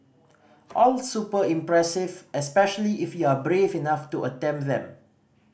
all super impressive especially if you are brave enough to attempt them